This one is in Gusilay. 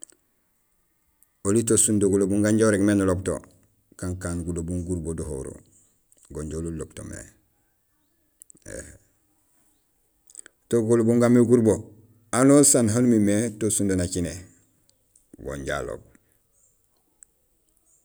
Oli to sundo gulobum ganj urégmé nuloob to kankaan gulobum gurubo déhoro; go inja ouloob to mé éém. To gulogum gaamé gurubo anusaan haan umimé to sundo naciné go inja aloob.